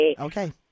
Okay